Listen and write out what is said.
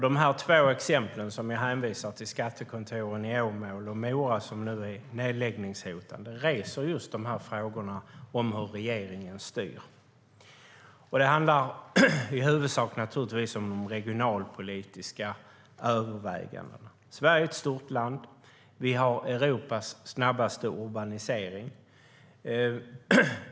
De två exempel som jag hänvisar till, skattekontoren i Åmål och Mora som nu är nedläggningshotade, reser just frågorna om hur regeringen styr. Det handlar naturligtvis i huvudsak om de regionalpolitiska övervägandena. Sverige är ett stort land, och vi har Europas snabbaste urbanisering.